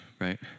right